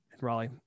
raleigh